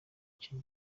icyo